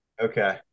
Okay